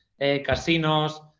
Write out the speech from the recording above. casinos